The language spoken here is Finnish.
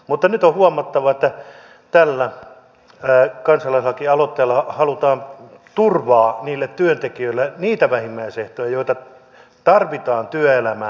mutta nyt on huomattava että tällä kansalaislakialoitteella halutaan turvaa niille työntekijöille niitä vähimmäisehtoja joita tarvitaan työelämään